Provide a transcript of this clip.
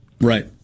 Right